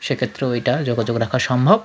সেক্ষেত্রেও এইটা যোগাযোগ রাখা সম্ভব